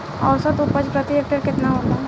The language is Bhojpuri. औसत उपज प्रति हेक्टेयर केतना होला?